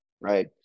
right